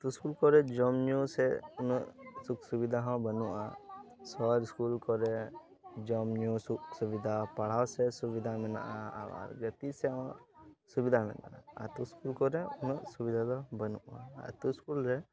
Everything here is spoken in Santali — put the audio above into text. ᱟᱛᱳ ᱤᱥᱠᱩᱞ ᱠᱚᱨᱮ ᱡᱚᱢ ᱧᱩ ᱥᱮ ᱩᱱᱟᱹᱜ ᱥᱩᱠ ᱥᱩᱵᱤᱫᱟ ᱦᱚᱸ ᱵᱟ ᱱᱩᱜᱼᱟ ᱥᱚᱦᱚᱨ ᱤᱥᱠᱩᱞ ᱠᱚᱨᱮ ᱡᱚᱢ ᱧᱩ ᱥᱩᱠ ᱥᱩᱵᱤᱫᱟ ᱯᱟᱲᱦᱟᱣ ᱥᱮᱫ ᱥᱩᱵᱤᱫᱟ ᱢᱮᱱᱟᱜᱼᱟ ᱟᱵᱟᱨ ᱡᱟ ᱛᱤ ᱥᱮᱫ ᱦᱚᱸ ᱥᱩᱵᱤᱫᱟ ᱢᱮᱱᱟᱜᱼᱟ ᱟᱛᱳ ᱤᱥᱠᱩᱞ ᱠᱚᱨᱮ ᱩᱱᱟᱹᱜ ᱥᱩᱵᱤᱫᱟ ᱫᱚ ᱵᱟ ᱱᱩᱜᱼᱟ ᱟᱛᱳ ᱤᱥᱠᱩᱞ ᱨᱮ